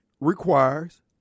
requires